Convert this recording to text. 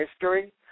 history